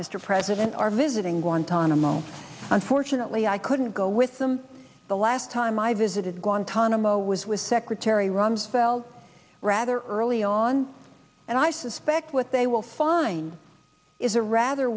mr president are visiting guantanamo unfortunately i couldn't go with them the last time i visited guantanamo was with secretary rumsfeld rather early on and i suspect what they will find is a rather